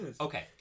okay